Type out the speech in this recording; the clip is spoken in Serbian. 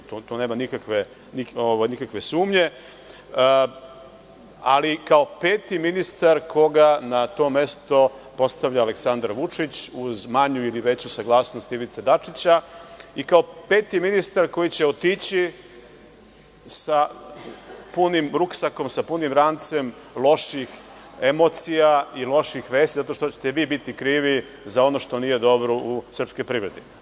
U to nema nikakve sumnje, ali kao peti ministar koga na to mesto postavlja Aleksandar Vučić uz manju ili veću saglasnost Ivice Dačića i kao peti ministar koji će otići sa punim ruksakom, sa punim rancem loših emocija i loših vesti zato što ćete vi biti krivi za ono što nije dobro u srpskoj privredi.